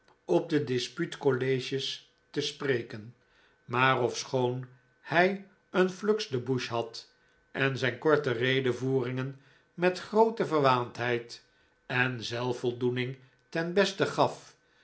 op de dispuut colleges te spreken maar ofschoon hij een flux de bouche had en zijn korte redevoeringen met groote verwaandheid en zelfvoldoening ten beste gaf